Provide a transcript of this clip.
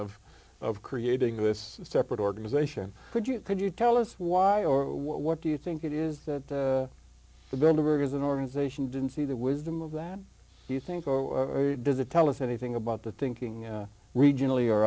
of of creating this separate organization could you could you tell us why or what do you think it is that the vendor is an organisation didn't see the wisdom of that do you think or does it tell us anything about the thinking regionally or